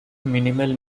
minimal